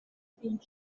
fydd